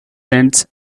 tents